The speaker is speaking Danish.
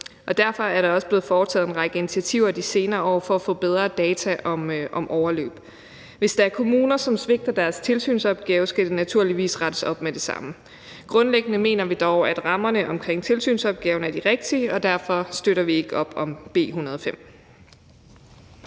Derfor er der også blevet foretaget en række initiativer i de senere år for at få bedre data om overløb. Hvis der er kommuner, der svigter deres tilsynsopgave, skal der naturligvis rettes op med det samme. Grundlæggende mener vi dog, at rammerne omkring tilsynsopgaven er de rigtige, og derfor støtter vi ikke op om B 105.